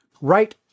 right